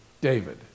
David